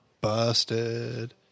busted